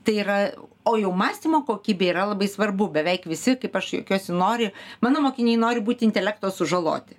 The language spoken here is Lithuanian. tai yra o jau mąstymo kokybė yra labai svarbu beveik visi kaip aš juokiuosi nori mano mokiniai nori būti intelekto sužaloti